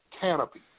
canopy